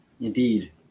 Indeed